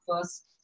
first